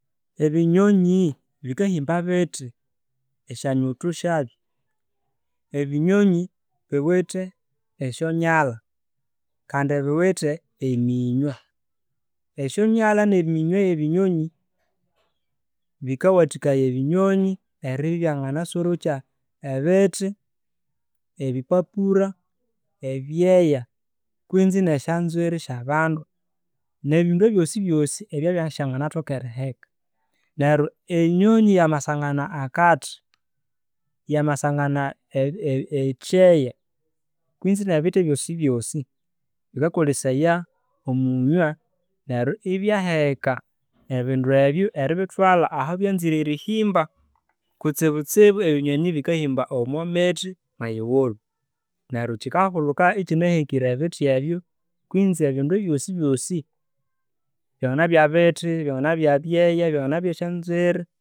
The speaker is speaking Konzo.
Ebinyonyiiiii bikahimba bithi esya nithu syabyo? Ebinyonyi biwithe esyanyalha, kandi biwithe eminywa. Esyanyalha ne minywe eya'benyonyi yikawathikaya eribya eyanganasorokya ebithi, esyambapura, ebyeya kwinzi nesyanzwiri sya bandu nebindu byosibyosi ebyasyanganathoka eriheka. Neryo enyonyi yamasangana akathi, yamasangana ekyeya kwisi nebithi byosibyosi, yikakolesaya omwunywe neryo ibya heka ebindu ebyo eribithwalha ahabyanzire erihimba. Kutsibutsibu, ebinyonyi bikahimba omwamithi mwe yighulhu neryo neryo kikahulhuka ikinahekire ebithi ebyo kwinzi ebindu byosibyosi, byanganabya bithi, byanganabya byeya syanganabya nzwiri